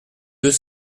deux